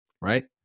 right